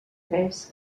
tres